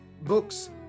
books